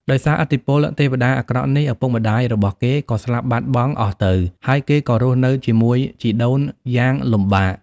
ដោយសារឥទ្ធិពលទេវតាអាក្រក់នេះ ឪពុកម្តាយរបស់គេក៏ស្លាប់បាត់បង់អស់ទៅ ហើយគេក៏រស់នៅជាមួយជីដូនយ៉ាងលំបាក។